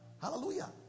Hallelujah